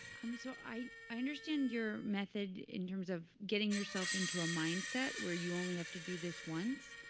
um so i i understand your method in terms of getting yourself into a mindset where you only have to do this once.